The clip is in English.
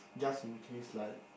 just in case like